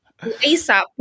asap